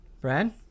Brad